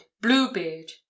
bluebeard